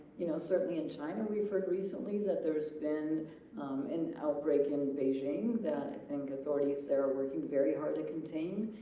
you know certainly in china we've heard recently that there's been an outbreak in beijing that i think authorities their are working very hard to contain